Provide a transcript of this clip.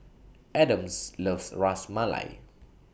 Adams loves Ras Malai